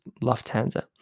Lufthansa